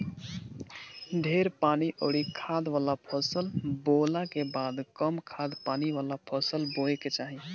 ढेर पानी अउरी खाद वाला फसल बोअला के बाद कम खाद पानी वाला फसल बोए के चाही